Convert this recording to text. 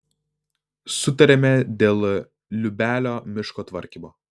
sutarėme dėl liubelio miško tvarkymo